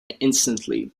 instantly